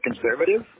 conservative